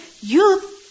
youth